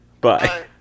bye